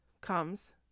comes